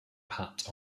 pat